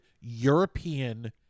European